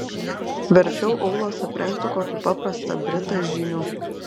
verčiau aulas aprengtų kokį paprastą britą žyniu